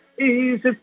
easy